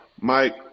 Mike